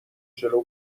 جلو